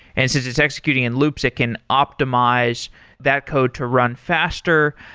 and since it's executing in loops, it can optimize that code to run faster.